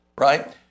right